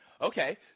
Okay